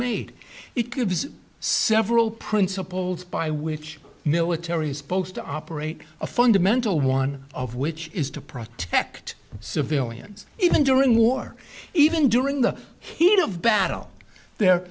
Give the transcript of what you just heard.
made it gives several principles by which militaries post to operate a fundamental one of which is to protect civilians even during war even during the heat of battle their